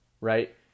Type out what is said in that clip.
right